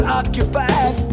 occupied